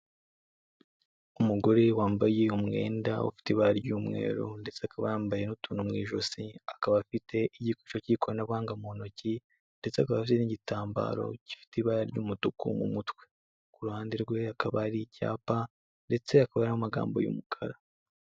Umugore wambaye umwenda ufite ibara ry'umweru ndetse akaba yambaye n'utuntu mu ijosi, akaba afite igikoresho cy'ikoranabuhanga mu ntoki, ndetse akaba afite n'igitambaro gifite ibara ry'umutuku mu mutwe, ku ruhande rwe hakaba hari icyapa ndetse hakaba hariho amagambo y'umukara.